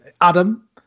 Adam